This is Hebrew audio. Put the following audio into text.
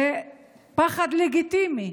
זה פחד לגיטימי.